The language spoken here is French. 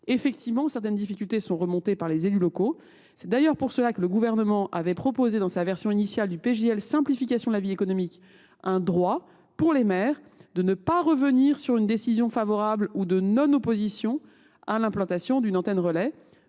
Toutefois, certaines difficultés sont remontées par les élus locaux. C’est d’ailleurs pour cela que le Gouvernement avait proposé dans la version initiale du projet de loi de simplification de la vie économique un droit pour les maires de ne pas revenir sur une décision favorable ou de non opposition à l’implantation d’une antenne relais.